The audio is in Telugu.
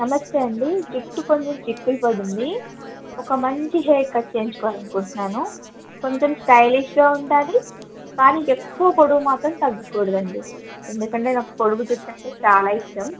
నమస్తే అండి జుట్టు కొంచం చిక్కులు పడింది ఒక మంచి హెయిర్ కట్ చేయించుకోవాలి అనుకుంటున్నాను కొంచెం స్టైలిష్గా ఉండాల కానీ ఎక్కువ పొడవు మాత్రం తగ్గకూడదు అండి ఎందుకంటే నాకు పొడుగు జుట్టు అంటే చాలా ఇష్టం